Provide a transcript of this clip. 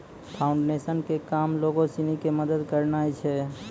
foundation के काम लोगो सिनी के मदत करनाय छै